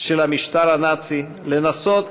של המשטר הנאצי, לנסות